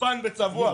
חוצפן וצבוע.